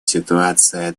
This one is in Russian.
ситуация